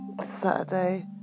Saturday